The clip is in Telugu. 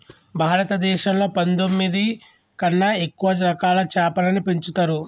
భారతదేశంలో పందొమ్మిది కన్నా ఎక్కువ రకాల చాపలని పెంచుతరు